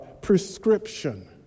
prescription